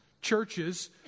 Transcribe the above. churches